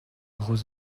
gros